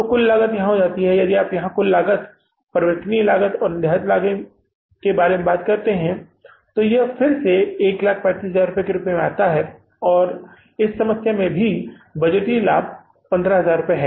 तो कुल लागत यहाँ हो जाती है यदि आप यहाँ कुल लागत परिवर्तनीय लागत और निर्धारित लागत के बारे में बात करते हैं यदि आप इस पर फिर से 135000 के रूप में काम करते हैं तो इस मामले में बजटीय लाभ भी इस समस्या में भी 15000 रुपये है